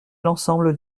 l’ensemble